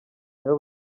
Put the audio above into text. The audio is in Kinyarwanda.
nibo